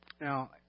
Now